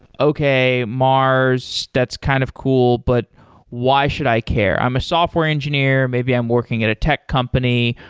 okay, mars. that's kind of cool. but why should i care? i'm a software engineer. maybe i'm working at a tech company.